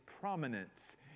prominence